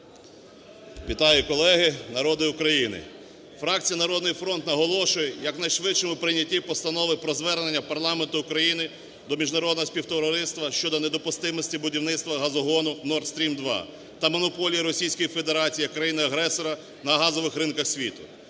Вітаю, колеги, народе України! Фракція "Народний фронт" наголошує на якнайшвидшому прийнятті Постанови про Звернення парламенту України до міжнародного співтовариства щодо недопустимості будівництвагазогону "Nord Stream-2" та монополії Російської Федерації як країни-агресора на газових ринках світу.